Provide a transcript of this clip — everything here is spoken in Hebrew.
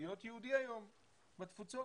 להיות יהודי היום בתפוצות.